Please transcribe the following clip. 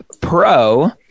Pro